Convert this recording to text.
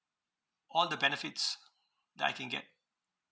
all the benefits that I can get